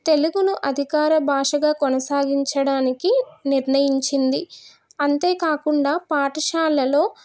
తెలుగును అధికార భాషగా కొనసాగించడానికి నిర్ణయించింది అంతేకాకుండా పాఠశాలల్లో